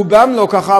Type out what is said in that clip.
רובם לא ככה,